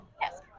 Yes